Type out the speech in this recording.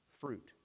fruit